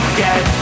get